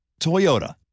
Toyota